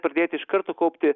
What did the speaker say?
pradėti iš karto kaupti